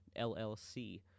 LLC